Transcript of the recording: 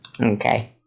Okay